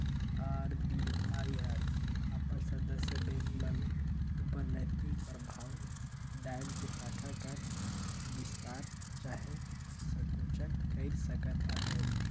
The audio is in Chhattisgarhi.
आर.बी.आई हर अपन सदस्य बेंक मन उपर नैतिक परभाव डाएल के साखा कर बिस्तार चहे संकुचन कइर सकत अहे